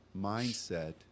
mindset